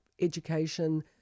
education